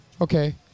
Okay